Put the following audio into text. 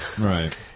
Right